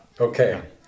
Okay